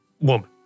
woman